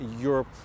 Europe